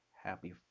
Happy